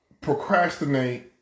procrastinate